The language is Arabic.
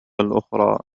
الأخرى